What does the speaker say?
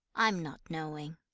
i am not knowing.